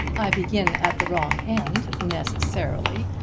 i begin at the wrong end, necessarily,